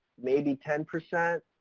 maybe ten percent,